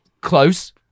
close